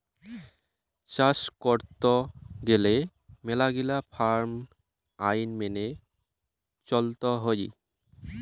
চাস করত গেলে মেলাগিলা ফার্ম আইন মেনে চলত হই